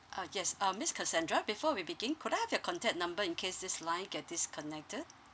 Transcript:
ah yes um miss cassandra before we begin could I have your contact number in case this line get disconnected